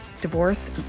divorce